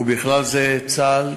ובכלל זה צה"ל,